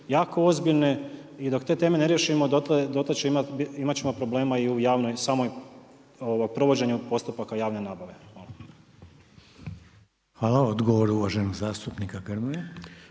jako ozbiljne i dok te teme ne riješimo dotle imat ćemo problema i u javnoj, samom provođenju postupaka javne nabave. Hvala. **Reiner, Željko (HDZ)** Hvala. Odgovor uvaženog zastupnika Grmoje.